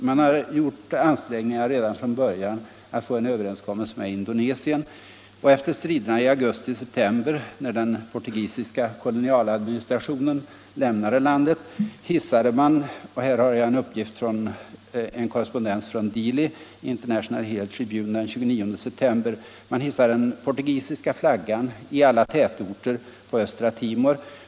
Man har redan från början gjort ansträngningar för att nå en överenskommelse även med Indonesien och efter striderna i augusti-september, när den portugisiska koionialadministrationen lämnade landet, hissades — enligt uppgift i en korrespondens från huvudstaden Dili i International Herald Tribune den 29 september — den portugisiska flaggan i alla tätorter på östra Timor.